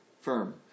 firm